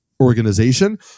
organization